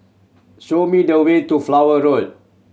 show me the way to Flower Road